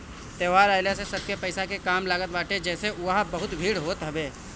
त्यौहार आइला से सबके पईसा के काम लागत बाटे जेसे उहा बहुते भीड़ होत हवे